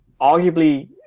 arguably